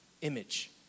image